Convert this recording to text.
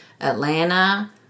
Atlanta